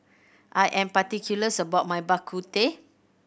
I am particulars about my Bak Kut Teh